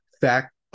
fact